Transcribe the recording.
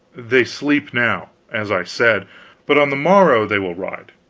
they sleep now, as i said but on the morrow they will ride,